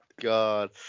God